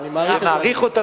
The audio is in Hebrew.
אני מעריך את זה,